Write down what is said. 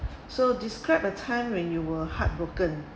so describe a time when you were heartbroken